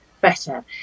better